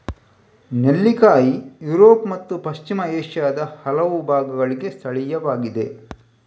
ನೆಲ್ಲಿಕಾಯಿ ಯುರೋಪ್ ಮತ್ತು ಪಶ್ಚಿಮ ಏಷ್ಯಾದ ಹಲವು ಭಾಗಗಳಿಗೆ ಸ್ಥಳೀಯವಾಗಿದೆ